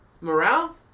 morale